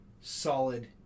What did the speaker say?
solid